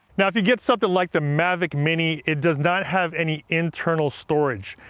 now, if you get something like the mavic mini, it does not have any internal storage.